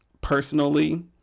Personally